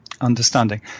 understanding